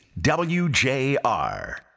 WJR